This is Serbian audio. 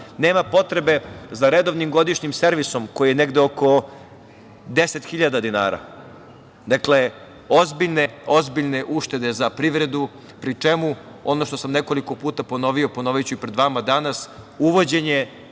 Nema potrebe za redovnim godišnjim servisom koji je negde oko 10.000 dinara. Dakle, ozbiljne, ozbiljne uštede za privredu, pri čemu ono što sam nekoliko puta ponovio, ponoviću i pred vama danas, uvođenje